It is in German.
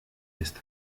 ist